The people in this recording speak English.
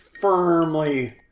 firmly